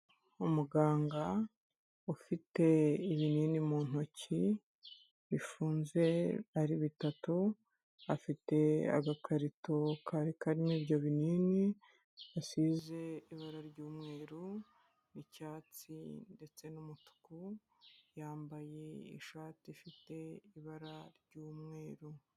Umuganga ufite ibinini mu ntoki, bifunze ari bitatu, afite agakarito kari karimo ibyo binini yasize ibara ry'umweru n'icyatsi ndetse n'umutuku, yambaye ishati ifite ibara ry'umweru.